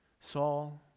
Saul